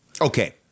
Okay